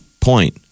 point